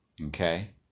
okay